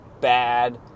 bad